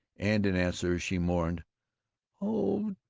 and in answer she mourned oh,